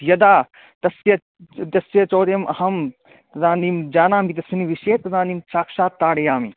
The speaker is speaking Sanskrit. यदा तस्य तस्य चौर्यम् अहं तदानीं जानामि तस्मिन् विषये तदानीं साक्षात् ताडयामि